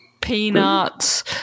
peanuts